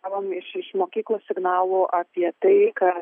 gavom iš iš mokyklų signalų apie tai kad